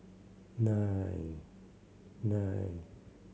nine nine